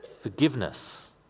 forgiveness